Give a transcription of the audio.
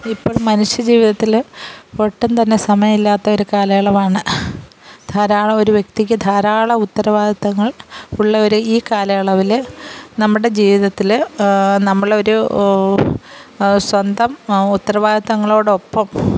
ഇപ്പോൾ മനുഷ്യ ജീവിതത്തിൽ ഒട്ടും തന്നെ സമയം ഇല്ലാത്തൊരു കാലയളവാണ് ധാരാളം ഒരു വ്യക്തിക്ക് ധാരാളം ഉത്തരവാദിത്തങ്ങള് ഉള്ള ഒരു ഈ കാലയളവിൽ നമ്മുടെ ജീവിതത്തിൽ നമ്മളൊരു സ്വന്തം ഉത്തരവാദിത്തങ്ങളോടൊപ്പം